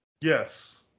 Yes